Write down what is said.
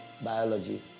biology